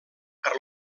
per